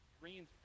Green's